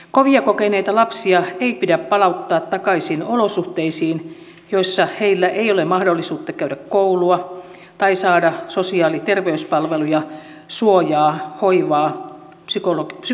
kovia kokeneita lapsia ei pidä palauttaa takaisin olosuhteisiin joissa heillä ei ole mahdollisuutta käydä koulua tai saada sosiaali ja terveyspalveluja suojaa hoivaa psykososiaalista tukea